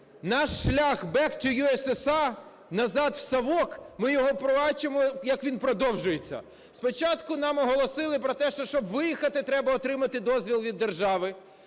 наш шлях back to you USSR, назад в совок, ми його бачимо, як він продовжується. Спочатку нам оголосили про те, що, щоб виїхати треба отримати дозвіл від держави.